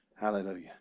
Hallelujah